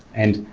and